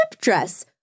dress